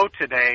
today